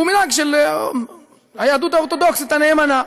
הוא מנהג של היהדות האורתודוקסית הנאמנה.